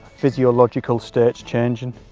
physiological states changing,